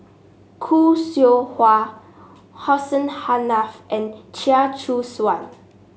Khoo Seow Hwa Hussein Haniff and Chia Choo Suan